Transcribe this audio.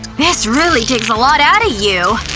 this really takes a lot outta you.